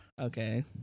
Okay